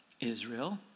Israel